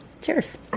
Cheers